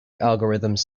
algorithms